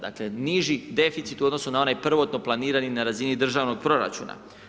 Dakle, niži deficit u odnosu na onaj prvotno planirani na razini državnog proračuna.